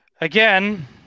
Again